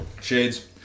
Shades